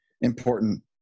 important